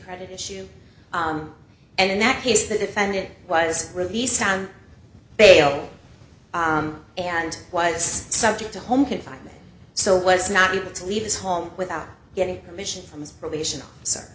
credit issue and in that case the defendant was released on bail and was subject to home confinement so was not able to leave his home without getting permission from his probation officer